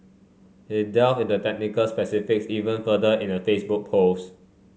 he delved in the technical specifics even further in a Facebook post